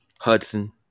Hudson